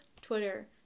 twitter